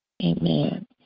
Amen